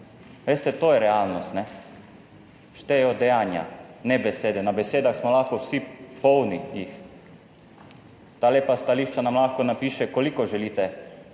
Veste, to je realnost, štejejo dejanja, ne besede. Na besedah smo lahko vsi polni jih, ta lepa stališča nam lahko napiše koliko želite